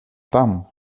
tam